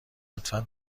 لطفا